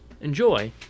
Enjoy